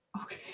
okay